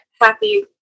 happy